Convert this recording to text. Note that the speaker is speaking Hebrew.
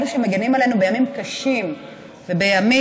אלה שמגינים עלינו בימים קשים ובימים